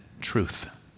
truth